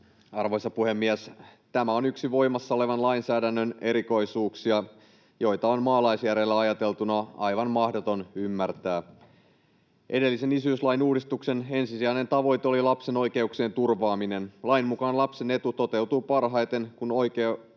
Arvoisa puhemies! Tämä on yksi voimassa olevan lainsäädännön erikoisuuksia, joita on maalaisjärjellä ajateltuna aivan mahdoton ymmärtää. Edellisen isyyslain uudistuksen ensisijainen tavoite oli lapsen oikeuksien turvaaminen. Lain mukaan lapsen etu toteutuu parhaiten, kun oikeudellisena